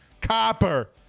Copper